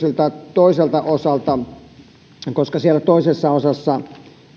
toiselta osalta koska siellä toisessa osassa